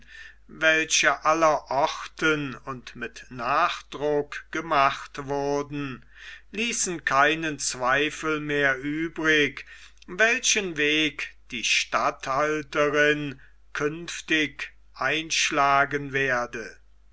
welche aller orten und mit nachdruck gemacht wurden ließen keinen zweifel mehr übrig welchen weg die statthalterin künftig einschlagen werde